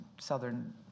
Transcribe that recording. southern